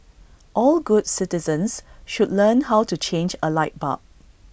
all good citizens should learn how to change A light bulb